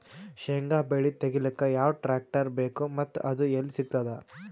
ಶೇಂಗಾ ಬೆಳೆ ತೆಗಿಲಿಕ್ ಯಾವ ಟ್ಟ್ರ್ಯಾಕ್ಟರ್ ಬೇಕು ಮತ್ತ ಅದು ಎಲ್ಲಿ ಸಿಗತದ?